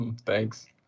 Thanks